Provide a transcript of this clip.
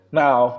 now